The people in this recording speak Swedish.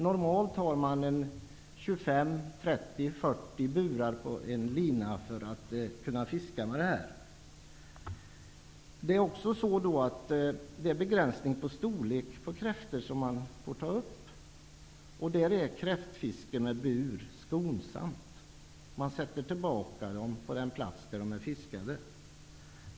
Normalt har man 25, 30 eller 40 burar på en lina för att kunna fiska på detta sätt. Det finns också begränsningar i fråga om storlek på de kräftor som man får ta upp. Där är kräftfiske med bur skonsamt. Man sätter tillbaka kräftorna på den plats där de är fiskade.